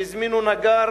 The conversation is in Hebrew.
שהזמינו נגר